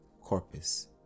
Corpus